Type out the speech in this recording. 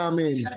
Amen